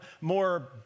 more